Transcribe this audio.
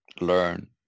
learn